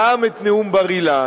נאם את נאום בר-אילן,